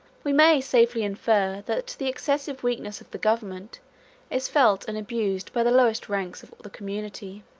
we may safely infer, that the excessive weakness of the government is felt and abused by the lowest ranks of the community.